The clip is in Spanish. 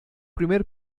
primer